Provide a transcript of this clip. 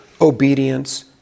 obedience